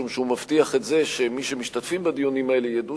משום שהוא מבטיח שמי שמשתתפים בדיונים האלה ידעו